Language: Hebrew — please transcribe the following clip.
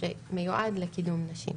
שמיועד לקידום נשים.